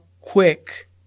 quick